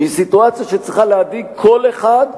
היא סיטואציה שצריכה להדאיג כל אחד,